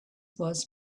was